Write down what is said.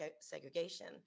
segregation